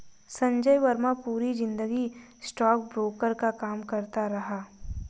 संजय वर्मा पूरी जिंदगी स्टॉकब्रोकर का काम करता रहा